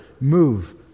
move